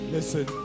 Listen